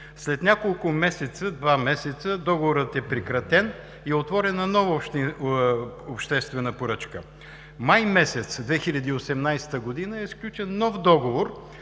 След няколко месеца – два месеца, договорът е прекратен и е отворена нова обществена поръчка. През месец май 2018 г. е сключен нов договор